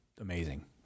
amazing